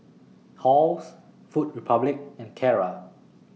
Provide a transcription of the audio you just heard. Halls Food Republic and Kara